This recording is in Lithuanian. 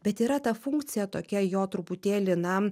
bet yra ta funkcija tokia jo truputėlį na